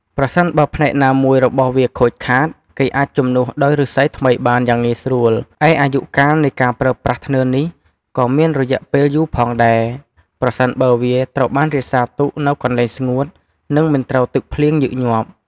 ប្រសិនបើ ផ្នែកណាមួយរបស់វាខូចខាត គេអាចជំនួសដោយឬស្សីថ្មីបានយ៉ាងងាយស្រួល ឯអាយុកាលនៃការប្រើប្រាស់ធ្នើរនេះក៏មានរយៈពេលយូរផងដែរ ប្រសិនបើវាត្រូវបានរក្សាទុកនៅកន្លែងស្ងួត និងមិនត្រូវទឹកភ្លៀងញឹកញាប់។